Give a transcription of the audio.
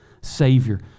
Savior